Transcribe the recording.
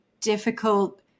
difficult